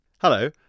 Hello